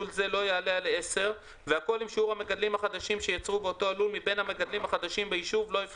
--- ההתרוצצות כאן לחקלאים היקרים שנמצאים בחוץ וגם לרפורמה